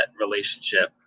relationship